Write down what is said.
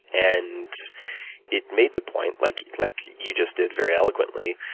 and it made the point, like like you just did very eloquently,